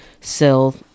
sell